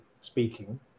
speaking